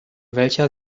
welcher